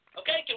okay